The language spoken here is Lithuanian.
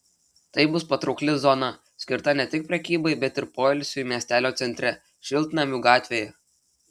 tai bus patraukli zona skirta ne tik prekybai bet ir poilsiui miestelio centre šiltnamių gatvėje